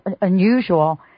unusual